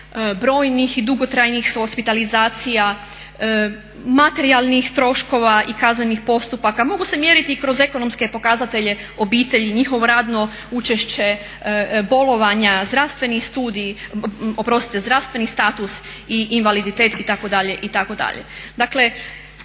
brojnih i dugotrajnih hospitalizacija, materijalnih troškova i kaznenih postupaka. Mogu se mjeriti i kroz ekonomske pokazatelje obitelji, njihovo radno učešće, bolovanja, zdravstveni status i invaliditet itd.,